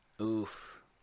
Oof